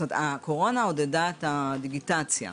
הקורונה עודדה את הדיגיטציה,